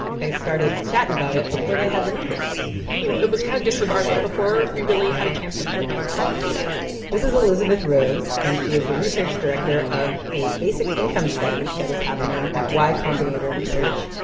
they started chatting about it before they had the numbers you know, it was kind of disregarded before we really had a chance to fully analyze the data this is elizabeth rhodes. and she is the research director of a basic income study that is happening at y combinator research.